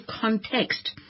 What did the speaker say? context